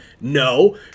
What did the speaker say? No